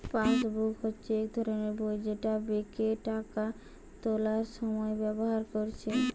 passbook হচ্ছে এক ধরণের বই যেটা বেঙ্কে টাকা তুলার সময় ব্যাভার কোরছে